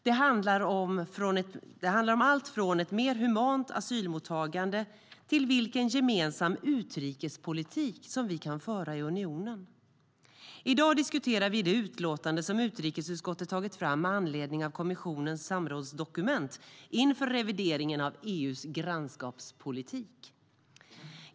Det handlar om allt från ett mer humant asylmottagande till vilken gemensam utrikespolitik vi kan föra i unionen. I dag diskuterar vi det utlåtande som utrikesutskottet tagit fram med anledning av kommissionens samrådsdokument inför revideringen av EU:s grannskapspolitik.